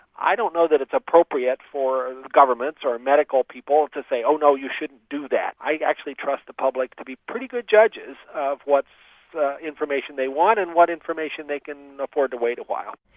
i don't know that it's appropriate for governments, or medical people to say oh, no, you shouldn't do that. i'd actually trust the public to be pretty good judges of what information they want and what information they can afford to wait a while.